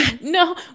No